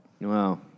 Wow